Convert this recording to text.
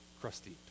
crusty